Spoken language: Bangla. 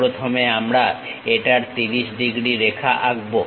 প্রথমে আমরা একটা 30 ডিগ্রী রেখা আঁকবো